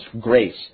grace